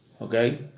Okay